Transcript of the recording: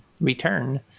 return